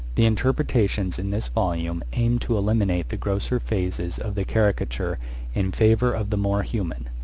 the interpretations in this volume aim to eliminate the grosser phases of the caricature in favour of the more human.